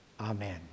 Amen